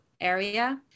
area